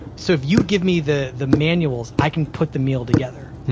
so if you give me the the manuals i can put the meal together.